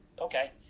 okay